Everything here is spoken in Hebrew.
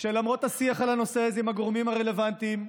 שלמרות השיח על הנושא הזה עם הגורמים הרלוונטיים,